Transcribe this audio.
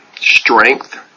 strength